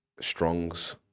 Strong's